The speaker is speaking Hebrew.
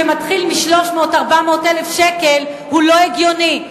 שמתחיל מ-300,000 400,000 שקל הוא לא הגיוני.